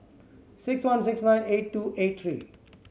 six one six one eight two eight three